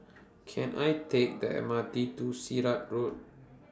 Can I Take The M R T to Sirat Road